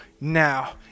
now